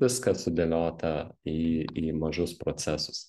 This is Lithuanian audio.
viskas sudėliota į į mažus procesus